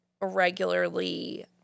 regularly